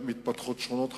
שמתפתחות בהם שכונות חדשות,